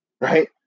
right